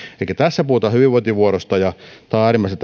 elikkä tässä puhutaan hyvinvointivuodosta ja on äärimmäisen